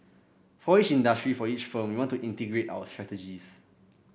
for each industry for each firm we want to integrate our strategies